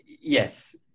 yes